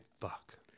Fuck